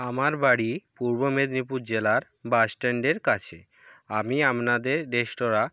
আমার বাড়ি পূর্ব মেদিনীপুর জেলার বাসস্ট্যান্ডের কাছে আমি আমনাদের রেস্তোরাঁ